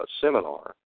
seminar